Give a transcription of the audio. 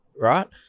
right